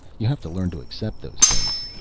you have to learn to accept those things.